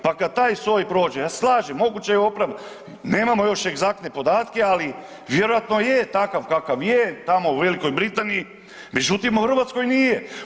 Pa kad taj soj prođe, ja se slažem, moguće je opravdano, nemamo još egzaktne podatke, ali vjerojatno je takav kakav je, tamo u Velikoj Britaniji međutim u Hrvatskoj nije.